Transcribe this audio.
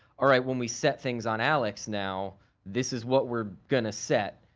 all right, when we set things on alex, now this is what we're going to set